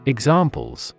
Examples